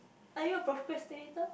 are you a procrastinator